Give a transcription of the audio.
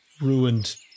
ruined